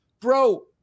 Bro